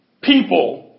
people